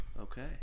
Okay